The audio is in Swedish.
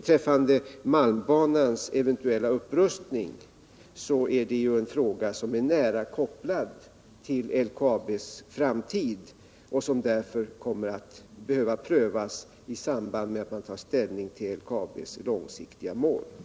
Frågan om malmbanans eventuella upprustning är nära kopplad till LKAB:s framtid och kommer därför att behöva prövas i samband med att man tar ställning till de långsiktiga målen för LKAB.